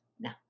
Now